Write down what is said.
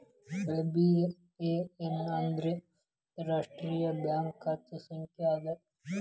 IBAN ಅಂದ್ರ ಅಂತಾರಾಷ್ಟ್ರೇಯ bank ಖಾತೆ ಸಂಖ್ಯಾ ಅದ